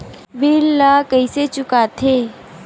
bill ला कइसे चुका थे